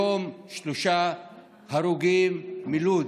היום, שלושה הרוגים מלוד.